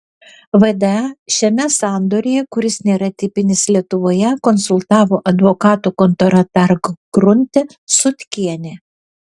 vda šiame sandoryje kuris nėra tipinis lietuvoje konsultavo advokatų kontora tark grunte sutkienė